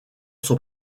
sont